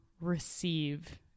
receive